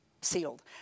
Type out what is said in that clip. sealed